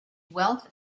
wealth